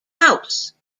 house